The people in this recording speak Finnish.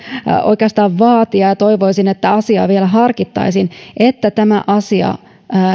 oikeastaan vaatia ja toivoisin että asiaa vielä harkittaisiin että